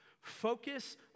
Focus